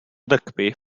rygbi